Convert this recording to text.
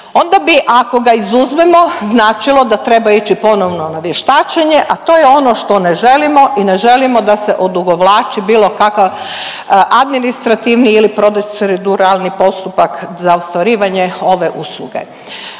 onda bi ako ga izuzmemo značilo da treba ići ponovno na vještačenje, a to je ono što ne želimo i ne želimo da se odugovlači bilo kakav administrativni ili proceduralni postupak za ostvarivanje ove usluge.